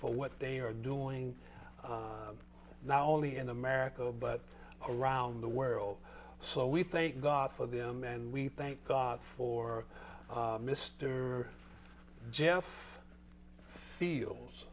for what they are doing now only in america but around the world so we thank god for them and we thank god for mr jeff feels